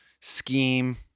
scheme